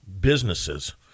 businesses